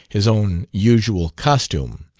his own usual costume,